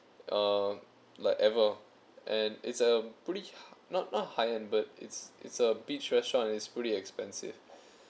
uh like ever and it's a pretty not not high end but it's it's a beach restaurant and is pretty expensive